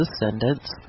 descendants